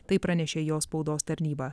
tai pranešė jo spaudos tarnyba